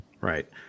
Right